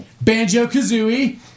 Banjo-Kazooie